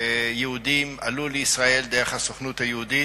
יהודים דרך הסוכנות היהודית.